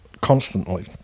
constantly